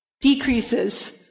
decreases